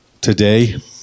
today